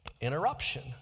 interruption